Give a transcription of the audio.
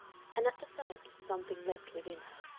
and at the sight something leaped within her.